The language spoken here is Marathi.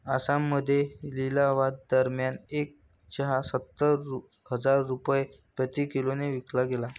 आसाममध्ये लिलावादरम्यान एक चहा सत्तर हजार रुपये प्रति किलोने विकला गेला